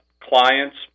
clients